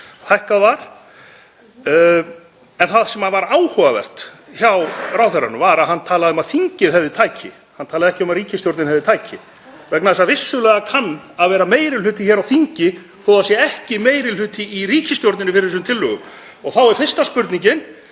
það sem var áhugavert hjá ráðherranum var að hann talaði um að þingið hefði tæki. Hann talaði ekki um að ríkisstjórnin hefði tæki, vegna þess að vissulega kann að vera meiri hluti hér á þingi þó að það sé ekki meiri hluti í ríkisstjórninni fyrir þessum tillögum. Þá er fyrsta spurningin: